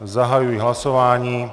Zahajuji hlasování.